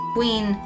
Queen